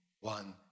one